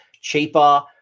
Cheaper